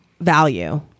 value